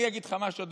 אני אגיד לך משהו,